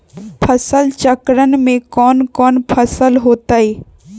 फसल चक्रण में कौन कौन फसल हो ताई?